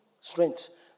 strength